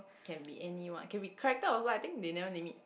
can be anyone can be character also I think they never name it